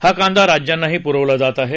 हा कांदा राज्यांनाही पुरवला जात आहे